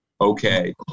Okay